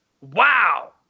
wow